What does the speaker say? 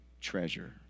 treasure